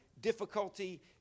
difficulty